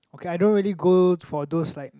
okay I don't really go for those like